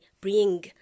bring